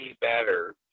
better